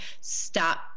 stop